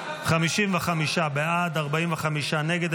55 בעד, 45 נגד.